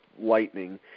Lightning